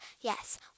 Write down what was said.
Yes